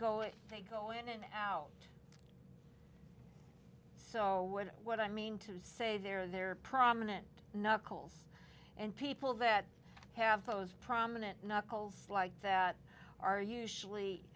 and they go in and out so when what i mean to say they're there prominent knuckles and people that have those prominent knuckles like that are usually